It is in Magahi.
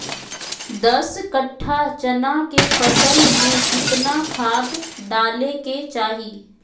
दस कट्ठा चना के फसल में कितना खाद डालें के चाहि?